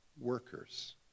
workers